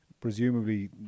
presumably